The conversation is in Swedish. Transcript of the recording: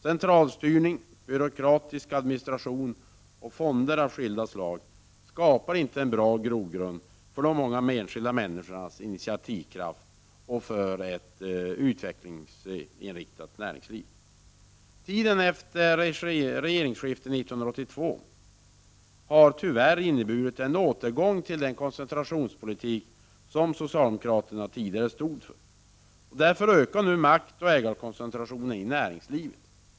Centralstyrning, byråkratisk administration och fonder av skilda slag skapar inte en bra grogrund för de många enskilda människornas initiativkraft och för ett utvecklingsinriktat näringsliv. Tiden efter regeringsskiftet 1982 har tyvärr inneburit en återgång till den koncentrationspolitik som socialdemokraterna tidigare stod för. Därför ökar nu maktoch ägarkoncentrationen i näringslivet.